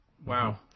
Wow